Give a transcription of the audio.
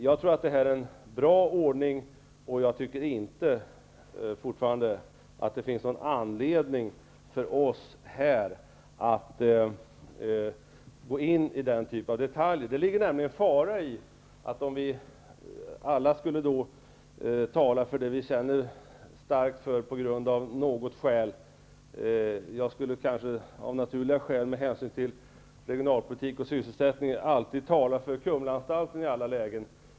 Jag tror att det är en bra ordning, och jag tycker fortfarande inte att det finns någon anledning för oss här att gå in på den typen av detaljer. Det ligger en fara i om vi alla skulle tala om det vi känner starkt för av något skäl. Med hänsyn till regionalpolitik och sysselsättning skulle jag t.ex. kunna tala för Kumlaanstalten i alla lägen.